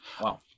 Wow